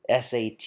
sat